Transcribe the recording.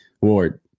Ward